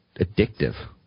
addictive